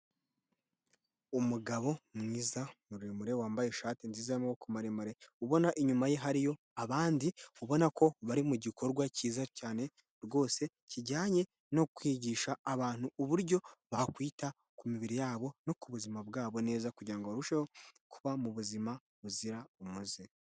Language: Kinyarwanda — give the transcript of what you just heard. Umugabo mwiza muremure, wambaye ishati nziza y'amaboko maremare, ubona inyuma ye hariyo abandi ubona ko bari mu gikorwa kiza cyane rwose kijyanye no kwigisha abantu uburyo bakwita ku mibiri yabo no ku buzima bwabo neza kugira ngo barusheho kuba mu buzima buzira umuze.